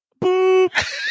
Boop